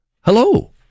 Hello